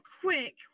quick